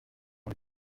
les